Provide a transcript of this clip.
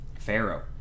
Pharaoh